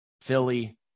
Philly